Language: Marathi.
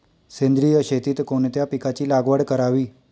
सेंद्रिय शेतीत कोणत्या पिकाची लागवड करावी?